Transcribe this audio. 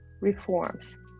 reforms